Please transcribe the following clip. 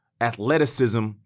athleticism